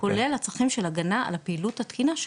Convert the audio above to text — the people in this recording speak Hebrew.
כולל הצרכים של הגנה על הפעילות התקינה שלו,